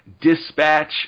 dispatch